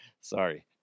Sorry